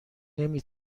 نمی